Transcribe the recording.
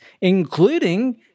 including